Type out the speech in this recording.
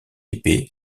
épée